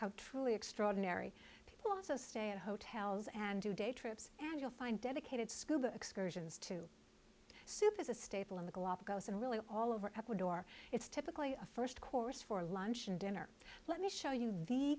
how truly extraordinary people also stay in hotels and do day trips and you'll find dedicated scuba excursions to soup is a staple in the galapagos and really all over the door it's typically a first course for lunch and dinner let me show you the